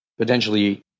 potentially